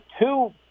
two